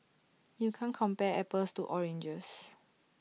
you can't compare apples to oranges